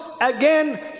again